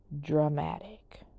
dramatic